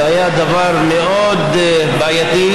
זה היה דבר מאוד בעייתי.